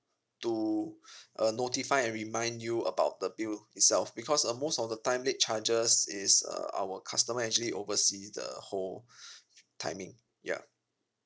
to uh notify and remind you about the bill itself because um most of the time late charges is uh our customer actually oversee the whole timing ya